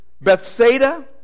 Bethsaida